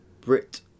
Brit